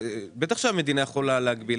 בטח שהמדינה יכולה להגביל.